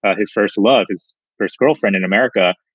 ah his first love, his first girlfriend in america.